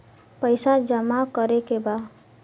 पैसा जमा करे के बा?